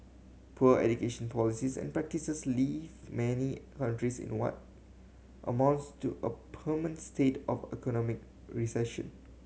poor education policies and practices leave many countries in what amounts to a permanent state of economic recession